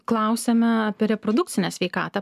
klausėme apie reprodukcinę sveikatą